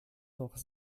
noch